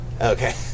Okay